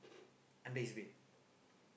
under his bed